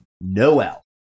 Noel